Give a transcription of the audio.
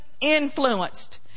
Influenced